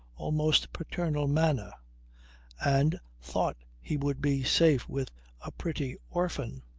almost paternal manner and thought he would be safe with a pretty orphan.